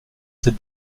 ses